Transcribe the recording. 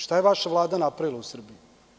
Šta je vaša Vlada napravila u Srbiji?